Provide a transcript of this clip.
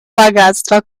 богатства